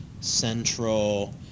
central